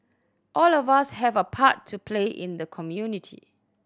all of us have a part to play in the community